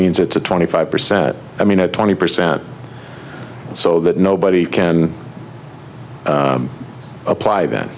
means it's a twenty five percent i mean a twenty percent so that nobody can apply th